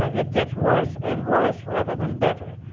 it gets worse and worse rather than better.